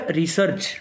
research